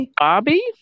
Bobby